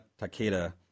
Takeda